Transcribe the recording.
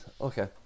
Okay